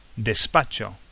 despacho